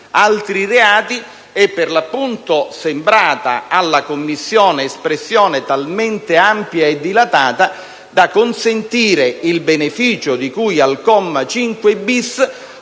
«altri reati» è, per l'appunto, sembrata alla Commissione talmente ampia e dilatata da consentire il beneficio di cui al comma 5-*bis*